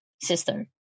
sister